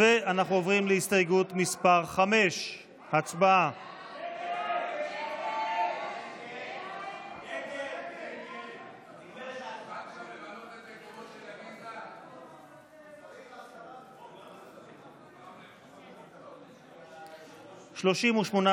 עוברים להסתייגות מס' 5. הצבעה.